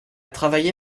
travaillé